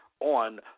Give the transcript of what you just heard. on